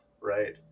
right